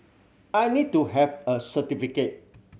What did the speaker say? I need to have a certificate